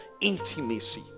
intimacy